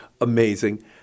amazing